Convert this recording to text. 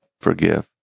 forgive